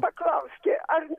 paklausti ar